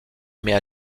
mais